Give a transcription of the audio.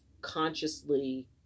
consciously